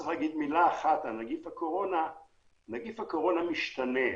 נגיף הקורונה משתנה,